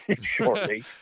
shortly